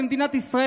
במדינת ישראל,